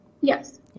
Yes